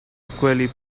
equally